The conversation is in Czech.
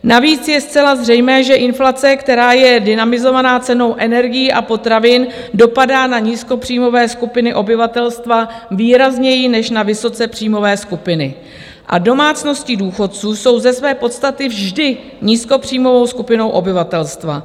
Navíc je zcela zřejmé, že inflace, která je dynamizovaná cenou energií a potravin, dopadá na nízkopříjmové skupiny obyvatelstva výrazněji než na vysokopříjmové skupiny a domácnosti důchodců jsou ze své podstaty vždy nízkopříjmovou skupinou obyvatelstva.